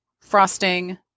frosting